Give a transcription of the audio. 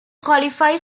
qualify